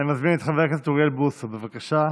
אני מזמין את חבר הכנסת אוריאל בוסו, בבקשה,